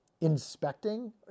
inspecting